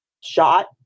shot